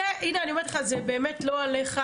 הנה, אני אומרת לך, זה באמת לא אליך.